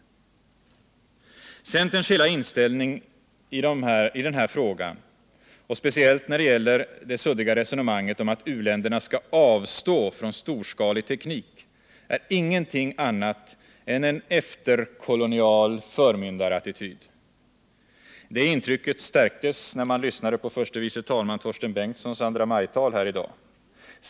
Onsdagen den Centerns hela inställning i den här frågan — speciellt när det gäller de 2 maj 1979 suddiga resonemangen om att u-länderna skall avstå från storskalig teknik — är ingenting annat än en efterkolonial förmyndarattityd. Det intrycket stärktes, när man lyssnade på förste vice talmannen Torsten Bengtsons andramajtal här i dag.